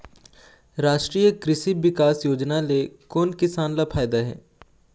रास्टीय कृषि बिकास योजना ले कोन किसान ल फायदा हे?